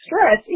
stress